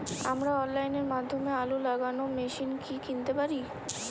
আমরা অনলাইনের মাধ্যমে আলু লাগানো মেশিন কি কিনতে পারি?